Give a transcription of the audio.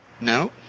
No